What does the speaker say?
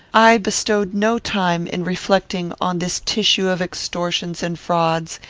i bestowed no time in reflecting on this tissue of extortions and frauds,